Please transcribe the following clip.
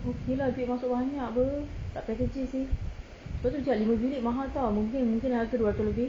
okay lah duit masuk banyak [pe] tak payah kerja seh sebab tu dia cari lima bilik mahal [tau] mungkin harga dua ratus lebih